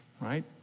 right